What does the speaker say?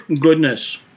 goodness